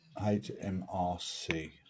HMRC